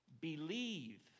believe